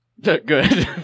good